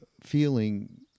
feeling